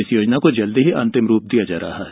इस योजना को जल्द ही अंतिम रूप दिया जा रहा है